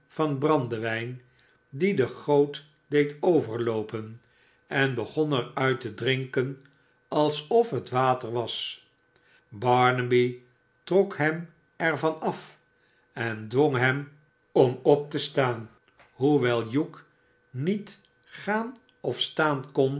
van brandewijn die de goot deed overloopen en begon er uit te dnnken alsof het water was barnaby trok hem er van af en dwong hem om op te staan hoewel hugh niet gaan of staan kon